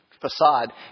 facade